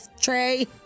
tray